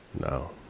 No